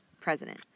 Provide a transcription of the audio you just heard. president